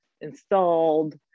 installed